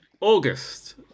August